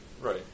Right